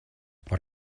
por